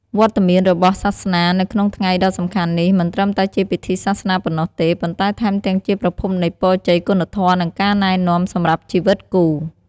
វត្តមានរបស់សាសនានៅក្នុងថ្ងៃដ៏សំខាន់នេះ មិនត្រឹមតែជាពិធីសាសនាប៉ុណ្ណោះទេ ប៉ុន្តែថែមទាំងជាប្រភពនៃពរជ័យ គុណធម៌ និងការណែនាំសម្រាប់ជីវិតគូ។